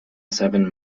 seven